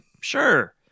sure